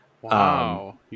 Wow